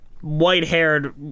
white-haired